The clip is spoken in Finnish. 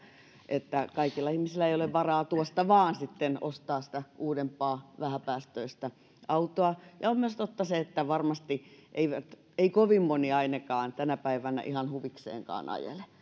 että kaikilla ihmisillä ei ole varaa tuosta vain sitten ostaa sitä uudempaa vähäpäästöistä autoa ja on myös totta että varmasti ei kovin moni ainakaan tänä päivänä ihan huvikseenkaan ajele